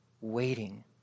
waiting